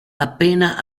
appena